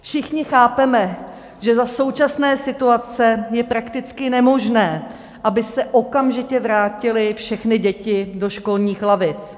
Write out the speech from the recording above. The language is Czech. Všichni chápeme, že za současné situace je prakticky nemožné, aby se okamžitě vrátily všechny děti do školních lavic.